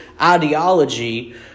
ideology